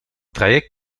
traject